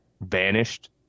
vanished